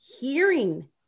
hearing